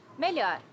Melhor